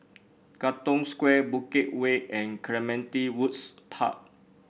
Katong Square Bukit Way and Clementi Woods Park